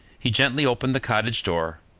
he gently opened the cottage door,